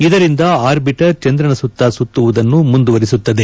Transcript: ಇದರಿಂದ ಆರ್ಬಿಟರ್ ಚಂದ್ರನ ಸುತ್ತ ಸುತ್ತುವುದನ್ನು ಮುಂದುವರಿಸುತ್ತದೆ